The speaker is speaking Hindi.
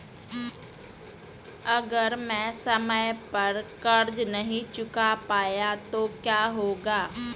अगर मैं समय पर कर्ज़ नहीं चुका पाया तो क्या होगा?